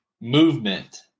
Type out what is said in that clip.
Movement